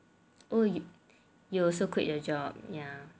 oh you you also quit your job ya